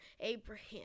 Abraham